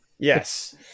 Yes